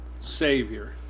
Savior